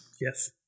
Yes